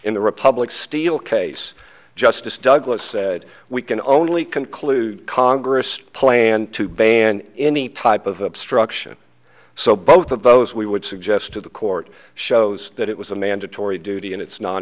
in the republic steel case justice douglas said we can only conclude congress planned to ban any type of obstruction so both of those we would suggest to the court shows that it was a mandatory duty and it's non